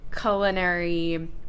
culinary